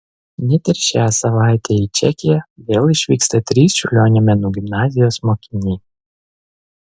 net ir šią savaitę į čekiją vėl išvyksta trys čiurlionio menų gimnazijos mokiniai